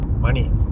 money